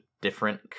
different